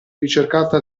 ricercata